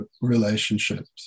relationships